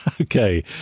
Okay